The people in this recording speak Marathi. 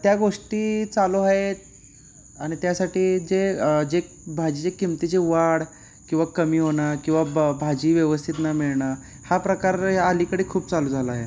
त्या गोष्टी चालू आहेत आणि त्यासाठी जे जे भाजीचे किमतीची वाढ किंवा कमी होणं किंवा ब भाजी व्यवस्थित न मिळणं हा प्रकार अलीकडे खूप चालू झाला आहे